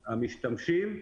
המשתמשים,